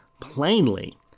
plainly